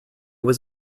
was